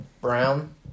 Brown